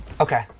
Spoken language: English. Okay